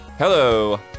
Hello